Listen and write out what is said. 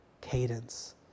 cadence